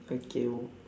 okay